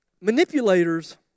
Manipulators